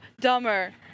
dumber